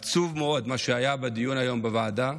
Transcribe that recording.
עצוב מאוד מה שהיה בדיון היום בוועדה,